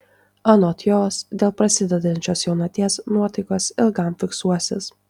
anot jos dėl prasidedančios jaunaties nuotaikos ilgam fiksuosis